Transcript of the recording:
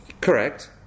Correct